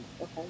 okay